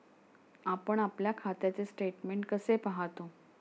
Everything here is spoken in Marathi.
आपण आपल्या खात्याचे स्टेटमेंट कसे पाहतो?